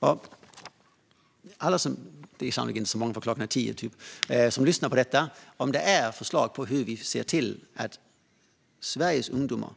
Alla som lyssnar på detta - det är sannolikt inte så många när klockan snart är tio - och som har förslag på hur vi kan se till att Sveriges ungdomar